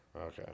Okay